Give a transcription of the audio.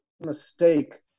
mistake